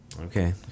Okay